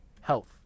Health